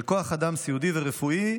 של כוח אדם סיעודי ורפואי,